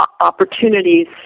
opportunities